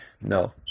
no